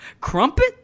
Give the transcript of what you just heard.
Crumpet